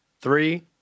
Three